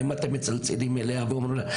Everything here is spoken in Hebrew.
האם אתם מצלצלים אליה ואומרים לך,